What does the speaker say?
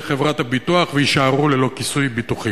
חברות הביטוח ויישארו ללא כיסוי ביטוחי?